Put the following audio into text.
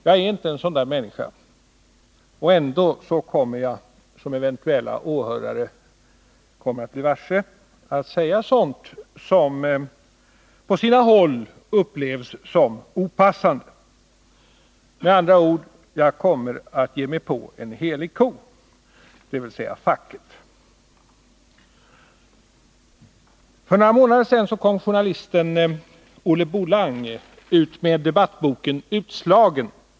Jag är inte en sådan människa, men ändå kommer jag, som eventuella åhörare kommer att bli varse, att säga sådant som på sina håll upplevs som opassande. Med andra ord: jag kommer att ge mig på en helig ko, nämligen facket. För några månader sedan kom journalisten Olle Bolang ut med debattboken ”Utslagen!